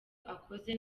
akoze